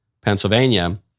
Pennsylvania